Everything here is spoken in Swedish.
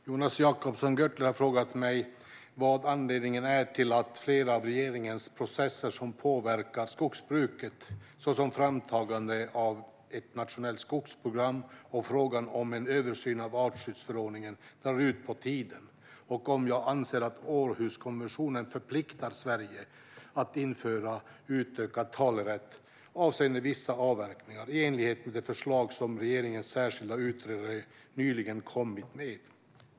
Jonas Jacobsson Gjörtler har frågat mig vad anledningen är till att flera av regeringens processer som påverkar skogsbruket, såsom framtagandet av ett nationellt skogsprogram och frågan om en översyn av artskyddsförordningen, drar ut på tiden och om jag anser att Århuskonventionen förpliktar Sverige att införa utökad talerätt avseende vissa avverkningar i enlighet med det förslag som regeringens särskilda utredare nyligen kommit med.